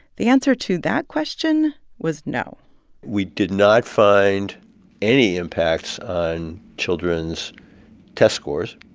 the answer to that question was no we did not find any impact on children's test scores.